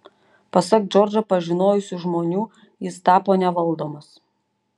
pasak džordžą pažinojusių žmonių jis tapo nevaldomas